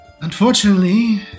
Unfortunately